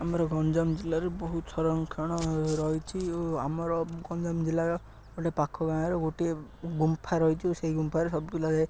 ଆମର ଗଞ୍ଜାମ ଜିଲ୍ଲାରେ ବହୁତ ସଂରକ୍ଷଣ ରହିଛି ଓ ଆମର ଗଞ୍ଜାମ ଜିଲ୍ଲାର ଗୋଟେ ପାଖ ଗାଁର ଗୋଟିଏ ଗୁମ୍ଫା ରହିଛି ସେଇ ଗୁମ୍ଫାରେ ସବୁ ପିଲା ଯାଇ